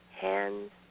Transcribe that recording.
hands